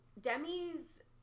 Demi's